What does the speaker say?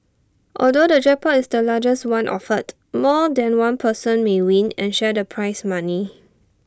although the jackpot is the largest one offered more than one person may win and share the prize money